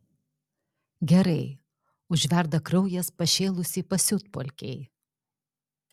gerai užverda kraujas pašėlusiai pasiutpolkei